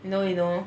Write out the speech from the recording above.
you know you know